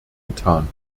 getan